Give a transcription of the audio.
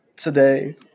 Today